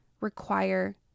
require